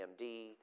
AMD